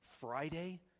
Friday